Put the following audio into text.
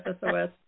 SOS